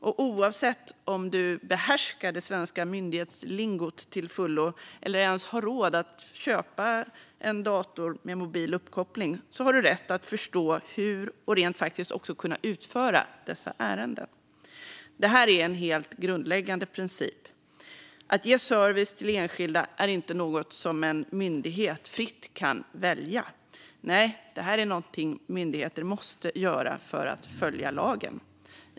Och oavsett om du behärskar det svenska myndighetslingot till fullo eller ens har råd att köpa en dator med mobil uppkoppling har du rätt att förstå hur du ska utföra och rent faktiskt också kunna utföra dessa ärenden. Det här är en helt grundläggande princip. Att ge service till enskilda är inte något som en myndighet fritt kan välja. Nej, det är något myndigheter måste göra för att följa lagen.